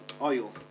Oil